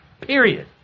period